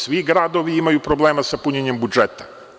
Svi gradovi imaju problema sa punjenjem budžeta.